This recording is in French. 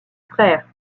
frère